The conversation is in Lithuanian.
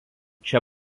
čia